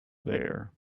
there